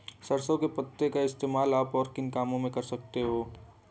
सरसों के पत्तों का इस्तेमाल आप और किन कामों में कर सकते हो?